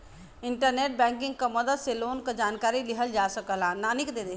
internet banking क मदद से लोन क जानकारी लिहल जा सकला